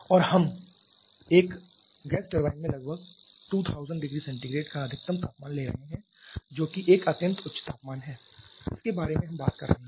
और अब हम एक गैस टरबाइन में लगभग 2000 ℃ का अधिकतम तापमान ले रहे हैं जो कि एक अत्यंत उच्च तापमान है जिसके बारे में हम बात कर रहे हैं